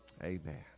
Amen